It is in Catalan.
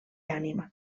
ànima